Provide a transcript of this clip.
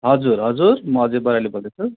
हजुर हजुर म अजय बराइली बोल्दैछु